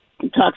talks